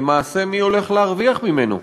למעשה, מי הולך להרוויח ממנו?